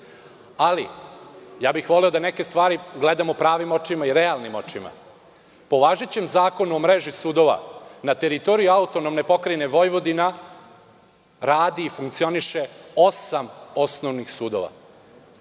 bih da neke stvari gledamo pravim očima i realnim očima. Po važećem Zakonu o mreži sudova, na teritoriji AP Vojvodina radi i funkcioniše osam osnovnih sudova.